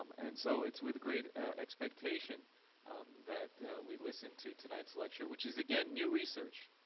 um and so it's with great expectation that we listen to tonight's lecture, which is again new research